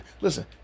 listen